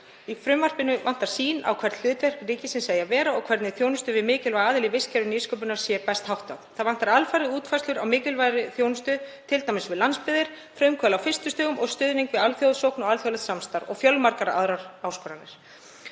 Í frumvarpinu vantar sýn á hvert hlutverk ríkisins eigi að vera og hvernig þjónustu við mikilvæga aðila í vistkerfi nýsköpunar sé best háttað. Það vantar alfarið útfærslur á mikilvægri þjónustu, t.d. við landsbyggðir, frumkvöðla á fyrstu stigum og stuðning við alþjóðasókn, alþjóðlegt samstarf og fjölmargar aðrar áskoranir.